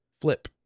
Flip